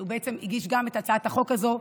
שבעצם גם הגיש את הצעת החוק הזאת,